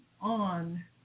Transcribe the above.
on